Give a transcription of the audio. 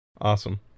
Awesome